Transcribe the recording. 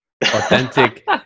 authentic